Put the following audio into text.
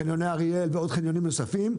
חניוני אריאל ועוד חניונים נוספים,